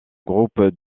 groupe